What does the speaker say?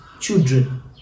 children